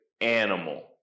animal